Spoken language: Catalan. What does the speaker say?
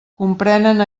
comprenen